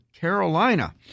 Carolina